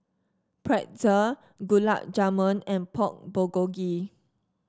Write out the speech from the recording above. Pretzel Gulab Jamun and Pork Bulgogi